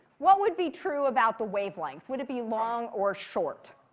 what would be true about the wavelength? would it be long or short?